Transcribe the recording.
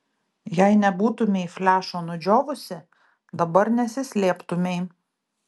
jei nebūtumei flešo nudžiovusi dabar nesislėptumei